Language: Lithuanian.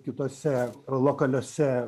kitose lokaliose